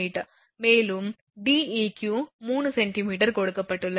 மேலும் 𝐷𝑒𝑞 3m கொடுக்கப்பட்டுள்ளது